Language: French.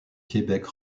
québec